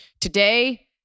Today